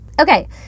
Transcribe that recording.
Okay